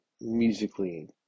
musically